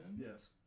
Yes